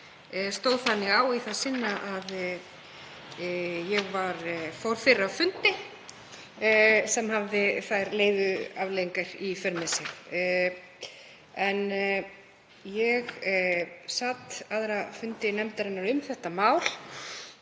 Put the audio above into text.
þannig á í það sinn að ég fór fyrr af fundi sem hafði þær afleiðingar í för með sér. Ég sat aðra fundi nefndarinnar um þetta mál